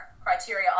criteria